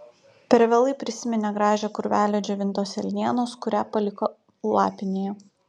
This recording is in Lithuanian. per vėlai prisiminė gražią krūvelę džiovintos elnienos kurią paliko lapinėje